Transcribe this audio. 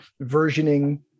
versioning